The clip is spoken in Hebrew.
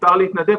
מותר להתנדב.